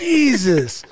Jesus